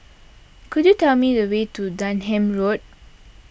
could you tell me the way to Denham Road